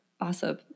Awesome